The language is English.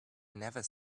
never